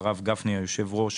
לרב גפני, היושב-ראש.